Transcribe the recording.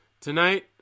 Tonight